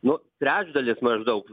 nu trečdalis maždaug